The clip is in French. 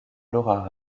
laura